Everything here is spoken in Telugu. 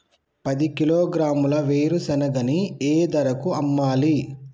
పది కిలోగ్రాముల వేరుశనగని ఏ ధరకు అమ్మాలి?